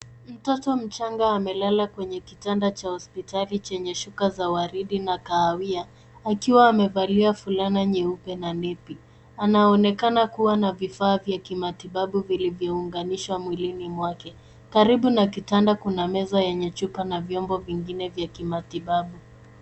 Mtoto mchanga amelala kwenye kitanda cha hospitali chenye shuka za waridi na kahawia akiwa amevalia fulana nyeupe na nepi anaonekana kua na vifaa vya kimatibabu vilivyo unganishwa mwilini mwake karibu na kitanda kuna meza yenye chupa na vyombo vingine vya kimatibabu